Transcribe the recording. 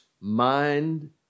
mind